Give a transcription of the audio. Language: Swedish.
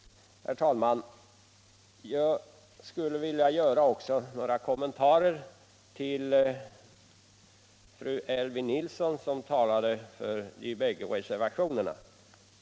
Herr talman! Jag skulle också vilja göra några kommentarer till anförandet av fru Elvy Nilsson i Sunne. Hon talade för de bägge reservationerna.